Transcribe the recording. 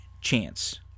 Chance